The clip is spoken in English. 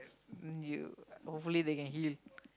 um you hopefully they can heal